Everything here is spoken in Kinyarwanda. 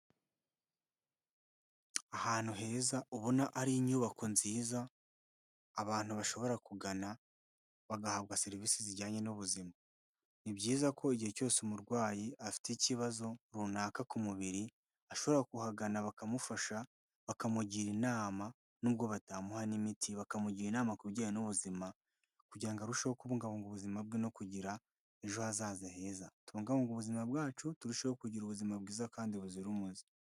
Ahantu heza ubona ari inyubako nziza abantu bashobora kugana bagahabwa serivisi zijyanye n'ubuzima. Ni byiza ko igihe cyose umurwayi afite ikibazo runaka ku mubiri, ashobora kuhagana bakamufasha, bakamugira inama, nubwo batamuha n'imiti, bakamugira inama ku bijyanye n'ubuzima kugira ngo arusheho kubungabunga ubuzima bwe no kugira ejo hazaza heza. Tubungabunge ubuzima bwacu, turusheho kugira ubuzima bwiza kandi buzira umuze.